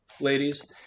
ladies